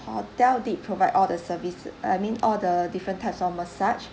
hotel did provide all the service I mean all the different types of massage